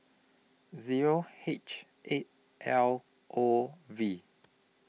Zero H eight L O V